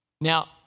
Now